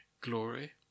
glory